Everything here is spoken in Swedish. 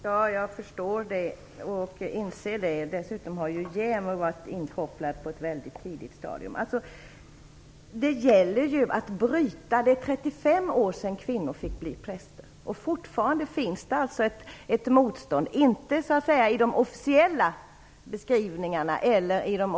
Herr talman! Jag förstår och inser det. Dessutom har JämO varit inkopplad på ett väldigt tidigt stadium. Det gäller alltså att bryta trenden. Det är 35 år sedan kvinnor fick bli präster. Men fortfarande finns det ett motstånd. Det gäller dock inte i officiella beskrivningar eller texter.